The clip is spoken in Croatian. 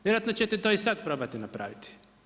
Vjerojatno ćete to i sada probati napraviti.